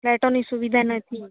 લાઈટોની સુવિધા નથી